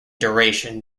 duration